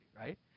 right